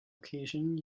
occasion